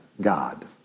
god